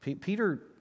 Peter